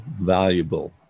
valuable